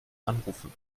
anrufen